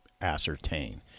ascertain